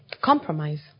compromise